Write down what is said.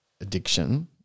addiction